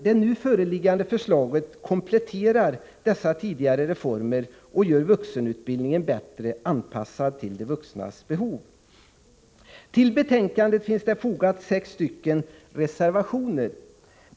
Det nu föreliggande förslaget kompletterar dessa tidigare reformer och gör vuxenutbildningen bättre anpassad till vuxnas behov. Till betänkandet finns det fogat sex reservationer.